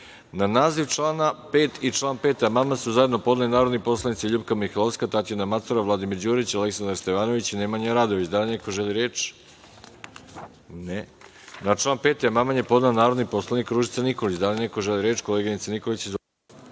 naziv člana 5. i član 5 amandman su zajedno podneli narodni poslanici Ljupka Mihajlovska, Tatjana Macura, Vladimir Đurić, Aleksandar Stevanović i Nemanja Radojević. Da li neko želi reč? (Ne)Na član 5. amandman je podnela narodni poslanik Ružica Nikolić. Da li neko želi reč? Koleginice Nikolić, izvolite.